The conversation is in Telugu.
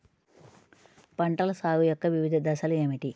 పంటల సాగు యొక్క వివిధ దశలు ఏమిటి?